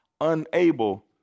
unable